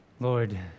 Lord